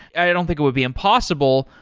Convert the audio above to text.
i don't think it would be impossible,